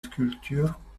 sculptures